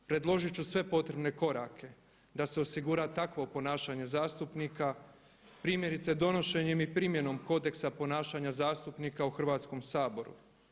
Predložit ću sve potrebne korake da se osigura takvo ponašanje zastupnika primjerice donošenjem i primjenom Kodeksa ponašanja zastupnika u Hrvatskom saboru.